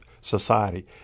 society